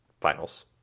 finals